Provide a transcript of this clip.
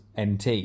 nt